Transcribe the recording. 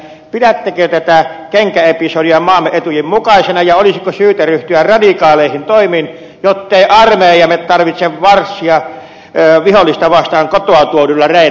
pidättekö tätä kenkäepisodia maamme etujen mukaisena ja olisiko syytä ryhtyä radikaaleihin toimiin jottei armeijamme tarvitse marssia vihollista vastaan kotoa tuoduilla reino tossuilla